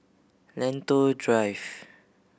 Lentor Drive